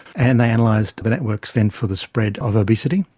and they analysed the networks then for the spread of obesity.